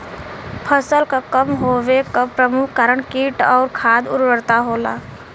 फसल क कम होवे क प्रमुख कारण कीट और खाद उर्वरता होला